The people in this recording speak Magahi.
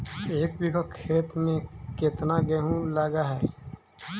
एक बिघा खेत में केतना गेहूं लग है?